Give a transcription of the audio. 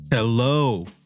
Hello